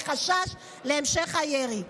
מחשש להמשך הירי.